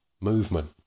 movement